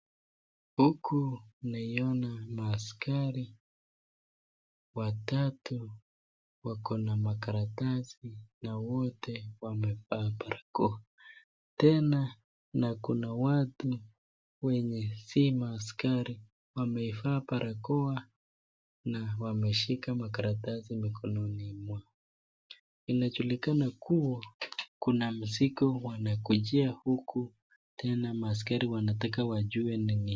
Huku naiona maaskari watatu wako na makaratasi na wote wamevaa barakoa. Tena na kuna watu wenye si maaskari wamevaa barakoa na wameshika makaratasi mikononi mwao. Inajulikana kuwa kuna mzigo wanangojea huku tena maaskari wanataka wajue nini.